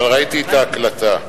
אבל ראיתי את ההקלטה.